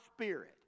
spirit